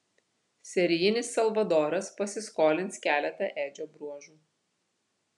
serijinis salvadoras pasiskolins keletą edžio bruožų